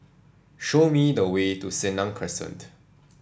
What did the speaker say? show me the way to Senang Crescent